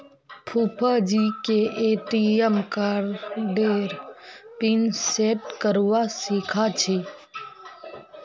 फूफाजीके ए.टी.एम कार्डेर pin set करवा सीखा छि